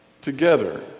together